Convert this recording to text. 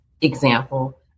example